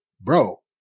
Bro